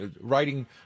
writing